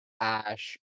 Ash